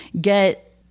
get